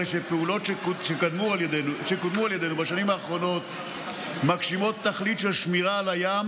פעולות שקודמו על ידינו בשנים האחרונות מגשימות תכלית של שמירה על הים